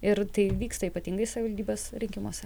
ir tai vyksta ypatingai savivaldybės rinkimuose